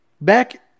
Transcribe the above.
Back